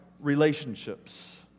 relationships